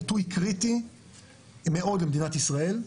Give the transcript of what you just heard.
עיתוי קריטי מאוד למדינת ישראל,